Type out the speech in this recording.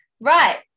Right